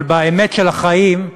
אבל באמת של החיים,